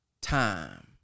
time